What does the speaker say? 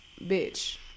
bitch